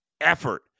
effort